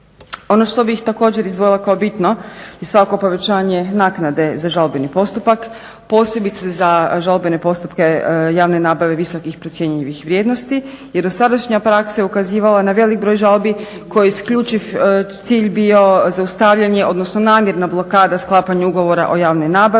Ono što bih također izdvojila kao bitno je svako povećanje naknade za žalbeni postupak, posebice za žalbene postupke javne nabave visokih procjenjivih vrijednosti jer dosadašnja praksa je ukazivala na velik broj žalbi kojima je isključiv cilj bio zaustavljanje, odnosno namjerna blokada sklapanja ugovora o javnoj nabavi,